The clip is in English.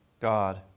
God